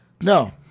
no